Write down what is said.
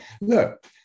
Look